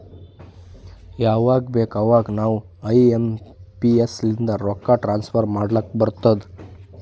ಯವಾಗ್ ಬೇಕ್ ಅವಾಗ ನಾವ್ ಐ ಎಂ ಪಿ ಎಸ್ ಲಿಂದ ರೊಕ್ಕಾ ಟ್ರಾನ್ಸಫರ್ ಮಾಡ್ಲಾಕ್ ಬರ್ತುದ್